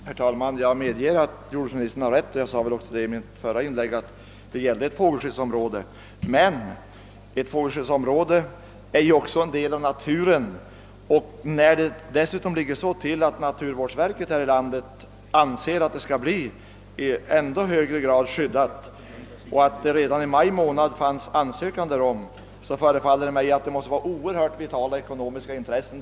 Herr talman! Jag medger att jordhruksministern har rätt. I mitt förra inlägg sade jag också att det gällde ett fågelskyddsområde, men även det är ju ändå en del av naturen. Dessutom anser man på naturvårdsverket att området skall skyddas i ännu högre grad än nu är fallet. Verket har redan i maj månad ingivit en ansökan om det. Det verkar som om det här skulle gälla oerhört stora ekonomiska intressen.